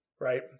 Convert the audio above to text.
right